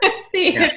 See